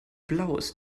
blaues